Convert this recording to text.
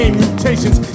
mutations